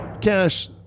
Cash